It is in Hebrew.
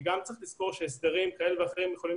גם צריך לזכור שהסדרים כאלה ואחרים יכולים